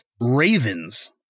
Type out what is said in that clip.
ravens